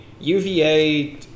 UVA